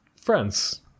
friends